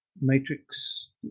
Matrix